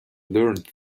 learned